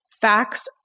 facts